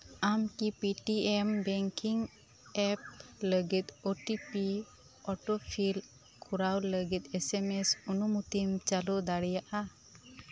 ᱟᱢᱠᱤ P T M banking app ᱞᱟᱹᱜᱤᱫ O T P autofill ᱠᱚᱨᱟᱣ ᱞᱟᱹᱜᱤᱫ ᱮᱥ ᱮᱢ ᱮᱥ ᱚᱱᱩᱢᱚᱛᱤ ᱪᱟᱞᱩ ᱫᱟᱲᱮᱭᱟᱜᱼᱟ